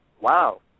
wow